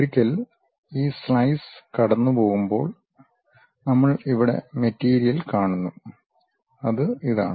ഒരിക്കൽ ഈ സ്ലൈസ് കടന്നുപോകുമ്പോൾ നമ്മൾ ഇവിടെ മെറ്റീരിയൽ കാണുന്നു അത് ഇതാണ്